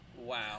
wow